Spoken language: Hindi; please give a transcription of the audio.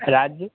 राज्य